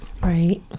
Right